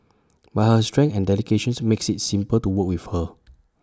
but her strength and dedication makes IT simple to work with her